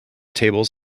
tables